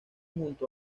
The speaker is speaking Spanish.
junto